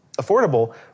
affordable